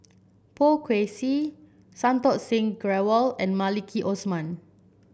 Poh Kay Swee Santokh Singh Grewal and Maliki Osman